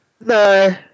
no